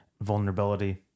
vulnerability